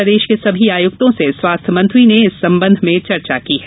प्रदेश के सभी आयुक्तों से स्वास्थ्य मंत्री ने इस संबंध में चर्चा की है